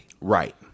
Right